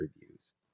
reviews